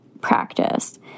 practice